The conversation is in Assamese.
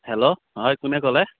হেল্ল' হয় কোনে ক'লে